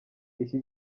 iki